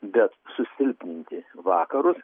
bet susilpninti vakarus